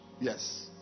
yes